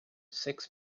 six